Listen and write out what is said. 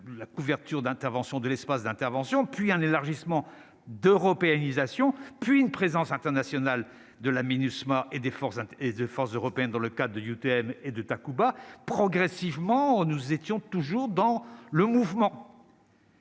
d'intervention de l'espace d'intervention, puis un élargissement d'européanisation puis une présence internationale de la Minusma et des forces et de forces européennes dans le cas de gluten et de Takuba, progressivement, nous étions toujours dans le mouvement.